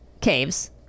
caves